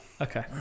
okay